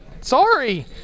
sorry